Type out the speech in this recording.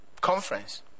conference